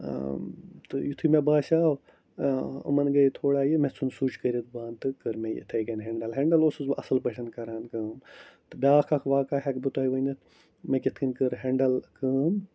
تہٕ یُتھٕے مےٚ باسیو یِمَن گٔے تھوڑا یہِ مےٚ ژھُن سُچ کٔرِتھ بنٛد تہٕ کٔر مےٚ یِتھَے کَنۍ ہٮ۪نٛڈٕل ہٮ۪نٛڈٕل اوسُس بہٕ اَصٕل پٲٹھۍ کَران کٲم تہٕ بیٛاکھ اَکھ واقع ہٮ۪کہٕ بہٕ تۄہہِ ؤنِتھ مےٚ کِتھ کَنۍ کٔر ہٮ۪نٛڈٕل کٲم